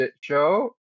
show